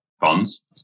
funds